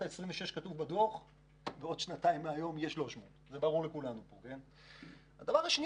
בעוד שנתיים יהיה 300. דבר שני,